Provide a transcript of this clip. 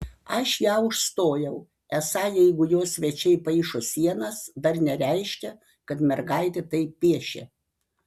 aš ją užstojau esą jeigu jo svečiai paišo sienas dar nereiškia kad mergaitė taip piešia